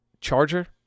charger